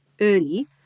early